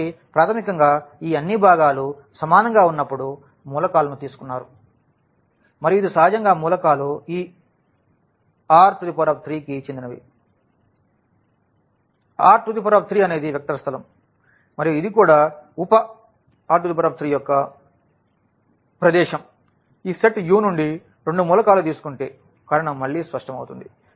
కాబట్టి ప్రాథమికంగా ఈ అన్ని భాగాలు సమానంగా ఉన్నప్పుడు మూలకాలను తీసుకున్నారు మరియు ఇది సహజంగా మూలకాలు ఈ R3 కి చెందినవి R3 అనేది వెక్టర్ స్థలం మరియు ఇది కూడా ఉప R3 యొక్క ప్రదేశం ఈ సెట్ Uనుండి రెండు మూలకాలు తీసుకుంటే కారణం మళ్ళీ స్పష్టమవుతుంది